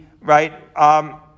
right